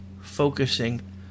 focusing